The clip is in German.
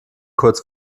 kurz